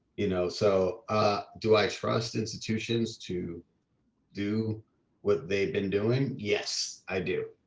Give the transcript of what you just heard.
you know? so ah do i trust institutions to do what they've been doing? yes, i do,